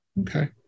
Okay